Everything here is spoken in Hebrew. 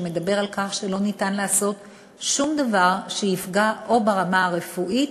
שמדבר על כך שלא ניתן לעשות שום דבר שיפגע ברמה הרפואית,